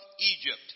Egypt